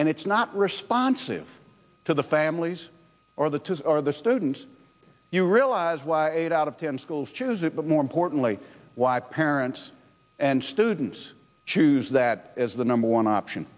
and it's not responsive to the families or the to the students you realize why eight out of ten schools choose it but more importantly why parents and students choose that as the number one option